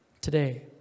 today